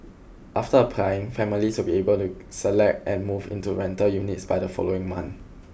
after applying families will be able to select and move into the rental units by the following month